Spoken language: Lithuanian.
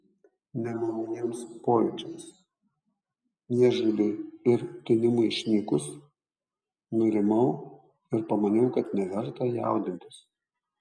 nemaloniems pojūčiams niežuliui ir tinimui išnykus nurimau ir pamaniau kad neverta jaudintis